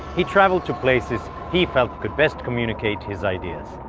he traveled to places he felt could best communicate his ideas.